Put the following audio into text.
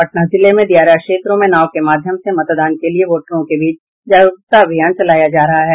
पटना जिले में दियारा क्षेत्रों में नाव के माध्यम से मतदान के लिए वोटरों के बीच जागरुकता अभियान चलाया जा रहा है